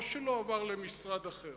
לא שלא הועבר למשרד אחר,